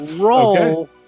Roll